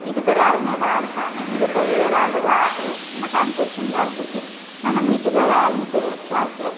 ఇటుకరాళ్ళనే వాడతాము మిగతా ఏ రాళ్ళు కన్స్ట్రక్షన్ వర్క్కి మనం ఇటుకరాలుని పేర్చాకే